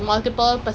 தெரிலையா:therilaiya